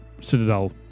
Citadel